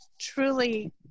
truly